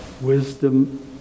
Wisdom